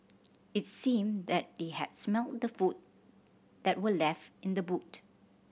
its seemed that they had smelt the food that were left in the boot